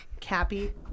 Cappy